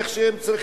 איך שהם צריכים.